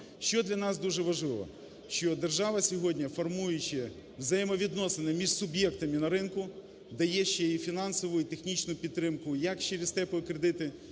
Що для нас дуже важливо? Що держава сьогодні, формуючи взаємовідносини між суб'єктами на ринку, дає ще і фінансову, і технічну підтримку як через "теплі кредити",